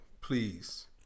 please